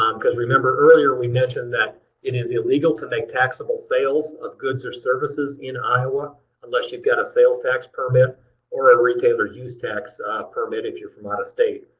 um because remember earlier we mentioned that it is illegal to make taxable sales of goods or services in iowa unless you've got a sales tax permit or a retailer's use tax permit if you're from out of state.